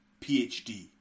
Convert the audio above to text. PhD